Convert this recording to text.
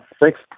Thanks